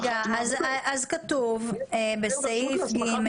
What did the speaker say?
אז כתוב בסעיף (ג),